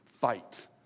Fight